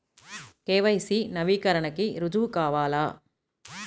KYC నవీకరణకి రుజువు కావాలా?